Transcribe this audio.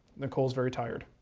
nicole's very tired.